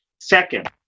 Second